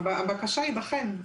הבקשה ייבחן.